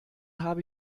habe